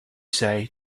say